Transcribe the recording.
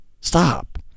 Stop